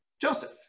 Joseph